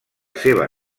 seva